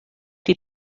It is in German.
die